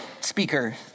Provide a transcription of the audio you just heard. speaker